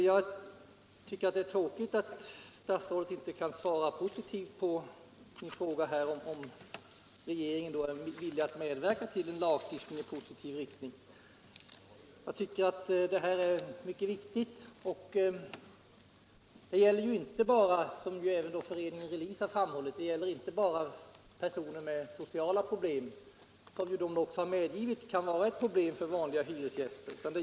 Jag tycker det är tråkigt att statsrådet inte kan svara positivt på min fråga om regeringen är villig att medverka till en lagstiftning i positiv riktning. Detta är mycket viktigt. Det gäller inte bara, som även Föreningen Release har framhållit, personer med sociala problem, vilka dock — det har medgivits — kan vålla problem för vanliga hyresgäster.